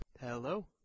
Hello